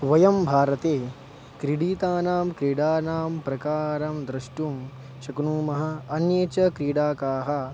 वयं भारते क्रीडितानां क्रीडानां प्रकारं द्रष्टुं शक्नुमः अन्ये च क्रीडकाः